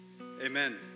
amen